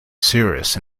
serious